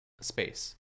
space